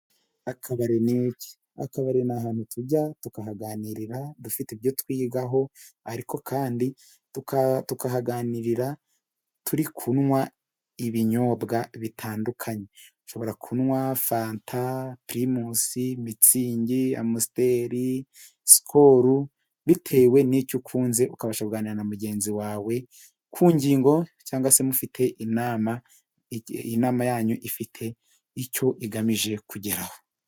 Akabare ni iki? akabari ni ahantuntujya tukahaganirira dufite ibyo twigaho ariko kandi tukanahaganira turi kunywa ibinyobwa bitandukanye nshobora kunywa fanta ,pirimusi, mitsingi ,amasiteri ,siporo bitewe n'icyo ukunze ukaba sha luganira na mugenzi wawe ku ngingo cyangwa se mufite inama yanyu ifite icyo igamije kugeraho.